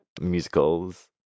musicals